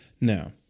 Now